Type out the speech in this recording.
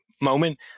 moment